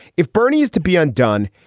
if bernie is to be undone,